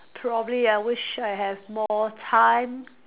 probably I wish I have more time